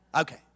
Okay